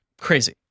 Crazy